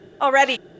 already